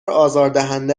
آزاردهنده